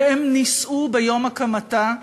והם נישאו ביום הקמתה,